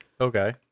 Okay